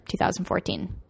2014